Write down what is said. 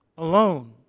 alone